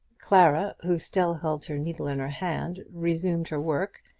clara, who still held her needle in her hand, resumed her work,